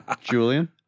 Julian